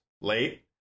late